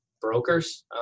brokers